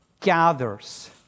gathers